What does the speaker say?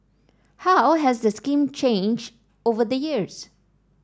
how has the scheme changed over the years